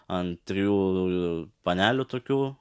ant trijų panelių tokių